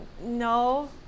no